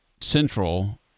central